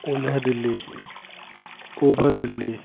ओल्ह Delhi over Delhi